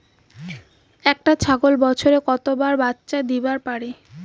একটা ছাগল বছরে কতবার বাচ্চা দিবার পারে?